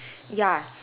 ya